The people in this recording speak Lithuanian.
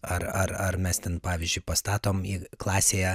ar ar ar mes ten pavyzdžiui pastatom jį klasėje